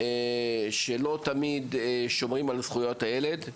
לא תמיד שומרים על זכויות הילד.